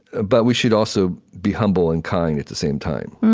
ah but we should also be humble and kind at the same time